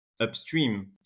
upstream